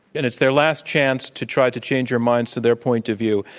and it's their last chance to try to change your minds to their point of view.